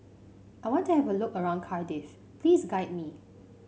I want to have a look around Cardiff please guide me